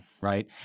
Right